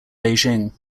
beijing